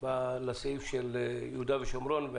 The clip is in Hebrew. לסעיף של יהודה ושומרון.